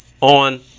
on